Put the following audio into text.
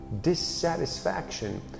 dissatisfaction